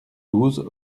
douze